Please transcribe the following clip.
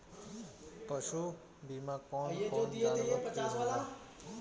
पशु बीमा कौन कौन जानवर के होला?